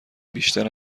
بیشتر